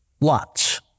lots